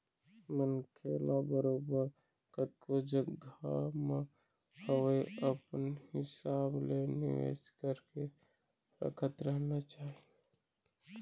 मनखे ल बरोबर कतको जघा म होवय अपन हिसाब ले निवेश करके रखत रहना चाही